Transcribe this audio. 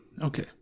Okay